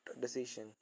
decision